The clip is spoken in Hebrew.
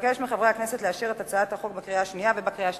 אבקש מחברי הכנסת לאשר את הצעת החוק בקריאה השנייה ובקריאה השלישית.